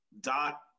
dot